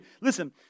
Listen